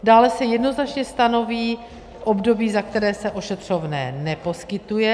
Dále se jednoznačně stanoví období, za které se ošetřovné neposkytuje.